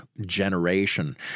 generation